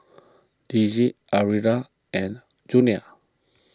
Dicie Alvira and Junia